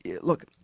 Look